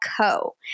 co